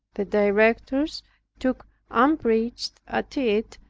the directors took umbrage at it,